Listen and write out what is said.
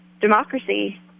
democracy